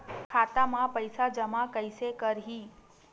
खाता म पईसा जमा कइसे करही?